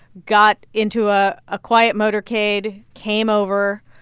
got into ah a quiet motorcade, came over,